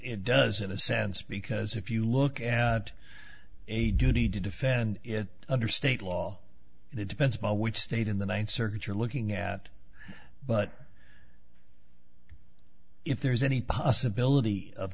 it does in a sense because if you look at a duty to defend it under state law it depends upon which state in the ninth circuit you're looking at but if there's any possibility of